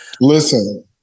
Listen